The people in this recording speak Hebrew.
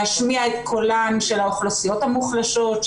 להשמיע את קולן של אוכלוסיות מוחלשות,